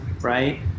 right